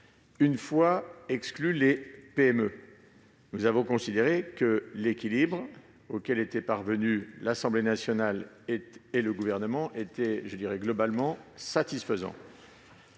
Une fois les PME exclues, nous avons considéré que l'équilibre auquel étaient parvenus l'Assemblée nationale et le Gouvernement était globalement satisfaisant.